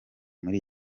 muri